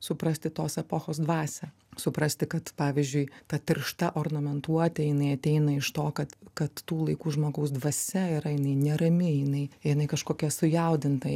suprasti tos epochos dvasią suprasti kad pavyzdžiui ta tiršta ornamentuotė jinai ateina iš to kad kad tų laikų žmogaus dvasia yra jinai nerami jinai jinai kažkokia sujaudinta